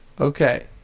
okay